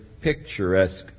picturesque